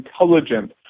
intelligent